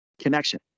connection